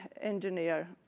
engineer